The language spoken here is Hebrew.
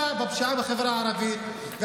אתה נכשלת בפשיעה בחברה הערבית,